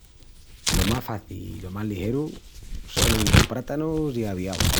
Lo más faci i lo más ligeru sonin dos prátanus i aviau.